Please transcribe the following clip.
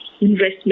investment